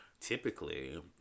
typically